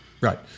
Right